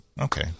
Okay